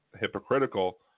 hypocritical